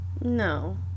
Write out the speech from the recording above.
No